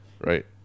right